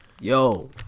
Yo